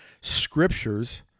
scriptures